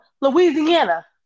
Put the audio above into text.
Louisiana